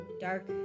dark